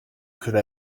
could